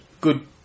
good